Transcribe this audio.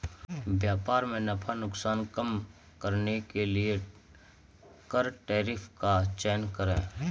व्यापार में नफा नुकसान कम करने के लिए कर टैरिफ का चयन करे